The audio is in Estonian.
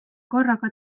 korraga